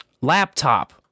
Laptop